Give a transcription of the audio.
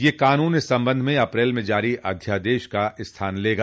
यह कानून इस संबंध में अप्रैल में जारी अध्यादेश का स्थान लेगा